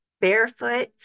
barefoot